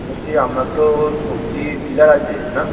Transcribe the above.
বলছি আপনার তো সবজির ডিলার আছে না